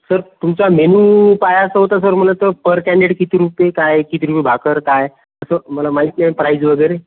sir तुमचा menu पाहायचा होता सर मला तर पर कँडिडेट किती रुपये काय किती रुपये भाकर का आहे असं मला माहीत नाही प्राईज वगैरे